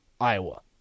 Iowa